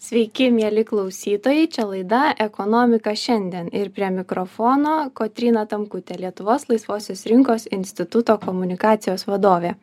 sveiki mieli klausytojai čia laida ekonomika šiandien ir prie mikrofono kotryna tamkutė lietuvos laisvosios rinkos instituto komunikacijos vadovė